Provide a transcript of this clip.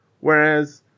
whereas